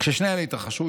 "כששני אלה יתרחשו,